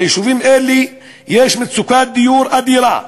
ביישובים אלה יש מצוקת דיור אדירה,